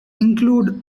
include